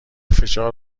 فشار